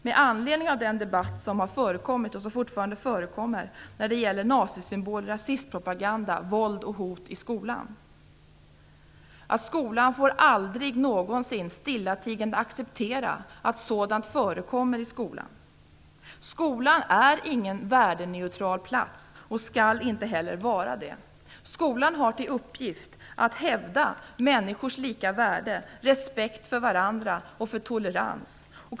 Med anledning av den debatt som förekommit, och som fortfarande förekommer, när det gäller nazisymboler, rasistpropaganda, våld och hot i skolan vill jag från denna talarstol säga att skolan aldrig någonsin stillatigande får acceptera att sådant förekommer i skolan. Skolan är ingen värdeneutral plats, och skall inte heller vara det. Skolan har till uppgift att hävda människors lika värde, respekt för varandra och tolerans.